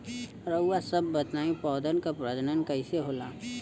रउआ सभ बताई पौधन क प्रजनन कईसे होला?